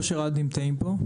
אושר עד נמצאים פה.